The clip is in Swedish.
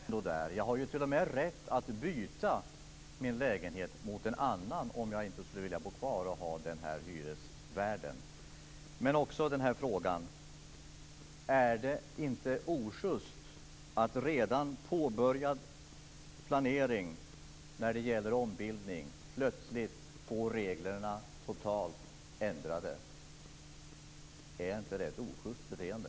Fru talman! Besittningsskyddet finns ju där. Jag har t.o.m. rätt att byta min lägenhet mot en annan om jag inte skulle vilja bo kvar och ha den här hyresvärden. Är det inte oschyst att vid redan påbörjad planering när det gäller ombildning plötsligt få reglerna totalt ändrade? Är inte det ett oschyst beteende?